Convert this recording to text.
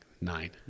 nine